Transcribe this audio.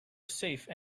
safe